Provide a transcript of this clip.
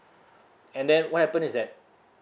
and then what happen is that